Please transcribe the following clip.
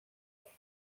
بهشون